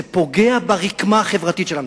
זה פוגע ברקמה החברתית של המדינה.